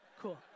Cool